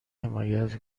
حمایت